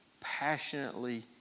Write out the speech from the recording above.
passionately